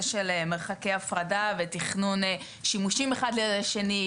של מרחקי הפרדה ותכנון שימושים אחד ליד השני,